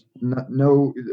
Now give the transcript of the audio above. no